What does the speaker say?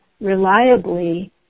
reliably